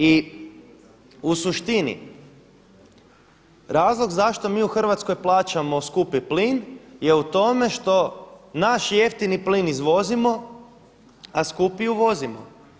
I u suštini razlog zašto mi u Hrvatskoj plaćamo skupi plin je u tome što naš jeftini plin izvozimo, a skupi uvozimo.